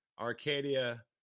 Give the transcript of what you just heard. Arcadia